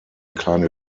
kleine